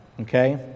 okay